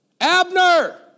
Abner